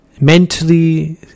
Mentally